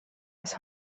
his